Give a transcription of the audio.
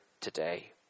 today